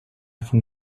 von